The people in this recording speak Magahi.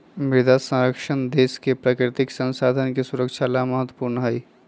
मृदा संरक्षण देश के प्राकृतिक संसाधन के सुरक्षा ला महत्वपूर्ण हई